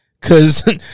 Cause